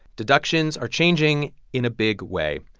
deductions are changing in a big way.